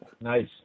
Nice